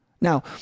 Now